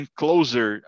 closer